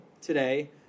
today